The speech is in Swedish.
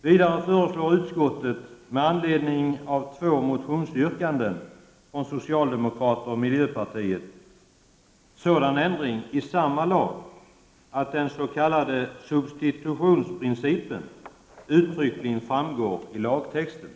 Vidare föreslår utskottet med anledning av två motionsyrkanden från socialdemokrater och miljöpartiet sådan ändring i samma lag att den s.k. substitutionsprincipen uttryckligen framgår i lagtexten.